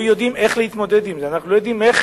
אנחנו לא יודעים איך להתמודד עם זה, לא יודעים איך